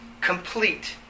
complete